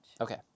Okay